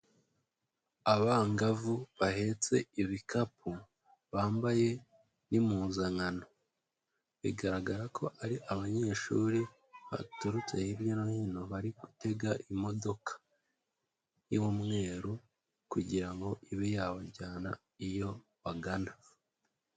Abangavu bahetse ibikapu bambaye n'impuzankano, bigaragara ko ari abanyeshuri baturutse hirya no hino bari gutega imodoka y'umweru kugira ngo ibe yabajyana iyo bagana.